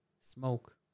smoke